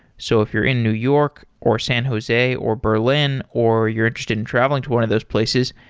so if you're in new york, or san jose, or berlin, or you're interested in travelling to one of those places,